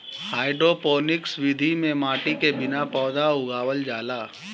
hydroponics विधि में माटी के बिना पौधा उगावल जाला